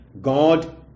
God